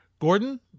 Gordon